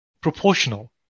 proportional